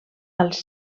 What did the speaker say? als